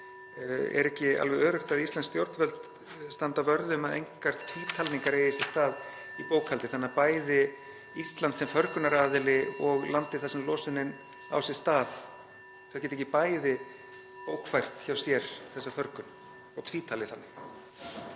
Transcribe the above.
Er ekki alveg öruggt að íslensk stjórnvöld standa vörð um að engar tvítalningar eigi sér stað í bókhaldi (Forseti hringir.) þannig að bæði Ísland sem förgunaraðili og landið þar sem losunin á sér stað, að þau geti ekki bæði bókfært hjá sér þessa förgun og tvítalið þannig?